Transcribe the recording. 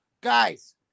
guys